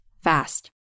fast